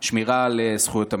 זכויות האדם,